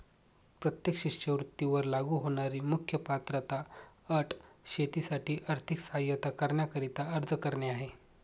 प्रत्येक शिष्यवृत्ती वर लागू होणारी मुख्य पात्रता अट शेतीसाठी आर्थिक सहाय्यता करण्याकरिता अर्ज करणे आहे